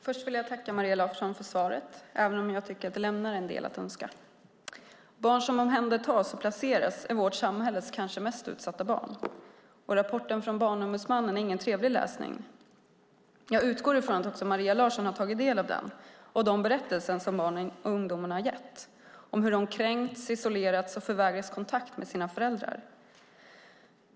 Herr talman! Jag tackar Maria Larsson för svaret även om det lämnar en del övrigt att önska. Barn som omhändertas och placeras är vårt samhälles kanske mest utsatta barn. Rapporten från Barnombudsmannen är ingen trevlig läsning. Jag utgår från att Maria Larsson har tagit del av den och barnens och ungdomarnas berättelser om hur de kränkts, isolerats och förvägrats kontakt med sina föräldrar.